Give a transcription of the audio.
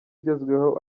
ugezweho